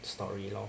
story lor